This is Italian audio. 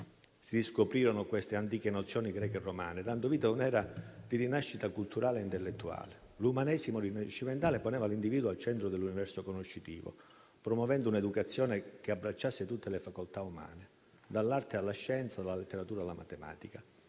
riscoprirono queste antiche nozioni greche e romane, dando vita a un'era di rinascita culturale e intellettuale. L'Umanesimo rinascimentale poneva l'individuo al centro dell'universo conoscitivo, promuovendo un'educazione che abbracciasse tutte le facoltà umane, dall'arte alla scienza, dalla letteratura alla matematica.